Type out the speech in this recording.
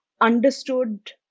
understood